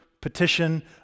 petition